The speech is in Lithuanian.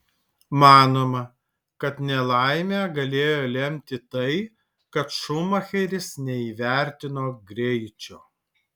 manoma kad nelaimę galėjo lemti tai kad šumacheris neįvertino greičio